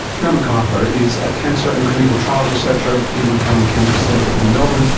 grant mcarthur is a cancer and clinical trials researcher at the peter maccallum cancer centre in melbourne,